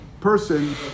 person